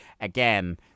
again